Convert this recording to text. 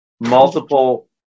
multiple